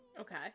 Okay